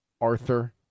Arthur